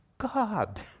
God